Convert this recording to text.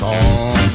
on